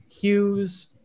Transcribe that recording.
Hughes